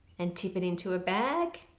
and tip it into a bag,